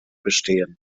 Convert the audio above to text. bestehen